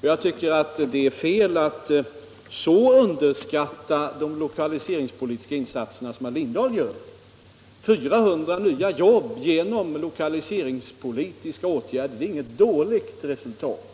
Jag tycker att det är fel att så underskatta de lokaliseringspolitiska insatserna som herr Lindahl i Hamburgsund gör. 400 nya jobb genom lokaliseringspolitiska åtgärder är inget dåligt resultat.